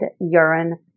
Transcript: Urine